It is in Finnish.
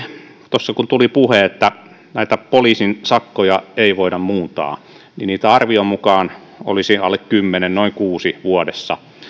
tuossa kun tuli puhetta siitä että näitä poliisin sakkoja ei voida muuntaa niin niitä arvion mukaan olisi alle kymmenen noin kuusi vuodessa